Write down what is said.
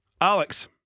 Alex